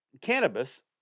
cannabis